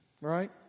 Right